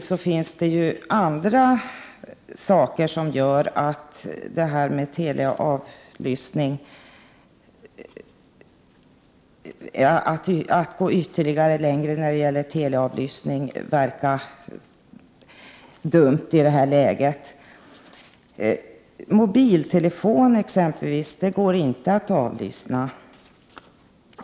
å Dessutom finns det andra saker som gör att det inte verkar bra att i detta läge gå vidare med teleavlyssningen. Mobiltelefoner exempelvis kan inte avlyssnas.